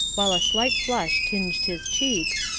while a slight flush tinged his cheeks,